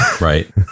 Right